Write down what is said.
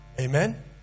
Amen